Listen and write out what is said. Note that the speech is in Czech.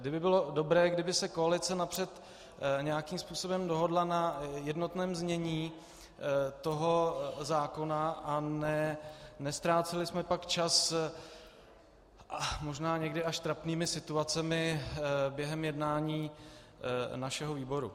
Bylo by dobré, kdyby se koalice napřed nějakým způsobem dohodla na jednotném znění toho zákona a neztráceli jsme pak čas možná někdy až trapnými situacemi během jednání našeho výboru.